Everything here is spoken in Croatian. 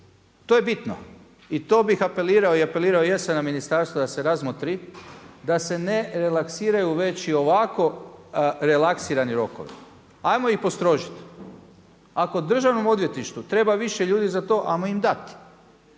to je bitno i to bih apelirao i apelirao jesam na ministarstvo da se razmotri, da se ne relaksiraju već i ovako relaksirani rokovi. Hajmo ih postrožiti. Ako Državnom odvjetništvu treba više ljudi za to, hajmo im dat.